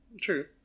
True